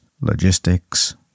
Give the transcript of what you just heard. logistics